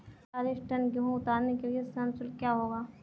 चालीस टन गेहूँ उतारने के लिए श्रम शुल्क क्या होगा?